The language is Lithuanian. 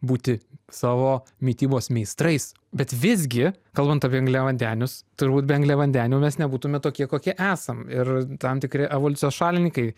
būti savo mitybos meistrais bet visgi kalbant apie angliavandenius turbūt be angliavandenių mes nebūtume tokie kokie esam ir tam tikri evoliucijos šalininkai